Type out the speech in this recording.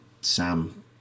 Sam